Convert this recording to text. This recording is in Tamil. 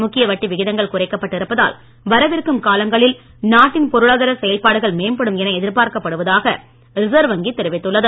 முக்கிய வட்டி விகிதங்கள் குறைக்கப்பட்டு இருப்பதால் வரவிருக்கும் காலங்களில் நாட்டின் பொருளாதார செயல்பாடுகள் மேம்படும் என எதிர்பார்க்கப்படுவதாக ரிசர்வ் வங்கி தெரிவித்துள்ளது